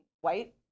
white